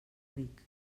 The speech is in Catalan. ric